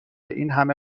اینهمه